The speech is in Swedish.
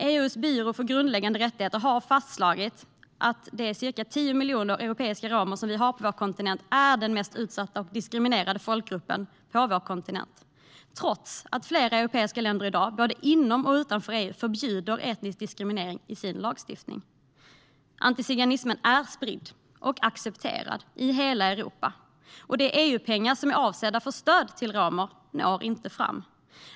EU:s byrå för grundläggande rättigheter har fastslagit att de ca 10 miljoner europeiska romer som finns på kontinenten är den mest utsatta och diskriminerade folkgruppen på vår kontinent, trots att flera europeiska länder i dag, både inom och utanför EU, förbjuder etnisk diskriminering i sina lagstiftningar. Antiziganismen är spridd och accepterad i hela Europa, och de EU-pengar som är avsedda för stöd till romer når inte fram.